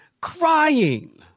crying